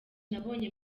nabonye